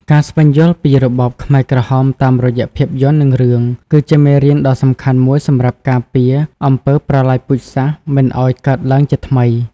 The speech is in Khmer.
ការស្វែងយល់ពីរបបខ្មែរក្រហមតាមរយៈភាពយន្ត និងរឿង គឺជាមេរៀនដ៏សំខាន់មួយសម្រាប់ការពារអំពើប្រល័យពូជសាសន៍មិនឲ្យកើតឡើងជាថ្មី។